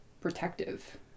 protective